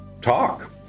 talk